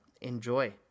enjoy